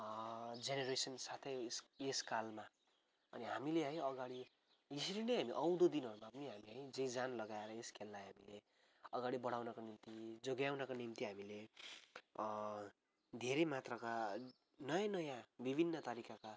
generation साथै यस यस कालमा अनि हामीले है अगाडि यसरी नै हामी आउँदो दिनहरूमा पनि हामी है जी ज्यान लगाएर हामीले अगाडि बढाउनका निम्ति जोगाउनका निम्ति हामीले धेरै मात्राका नयाँ नयाँ विभिन्न तरिकाका